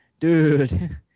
Dude